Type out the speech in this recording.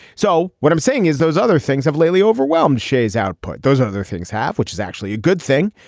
so what i'm saying is those other things have lately overwhelmed shays output. those other things half which is actually a good thing.